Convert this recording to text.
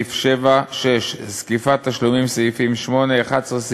סעיף 7, 6. זקיפת תשלומים, סעיפים 8, 11(ב)